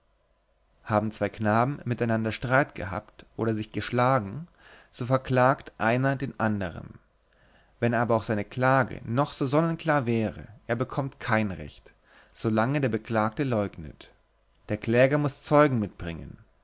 haben zwei knaben miteinander streit gehabt oder sich geschlagen so verklagt einer den anderen wenn aber auch seine klage noch so sonnenklar wäre er bekommt kein recht solange der beklagte leugnet der kläger muß zeugen mitbringen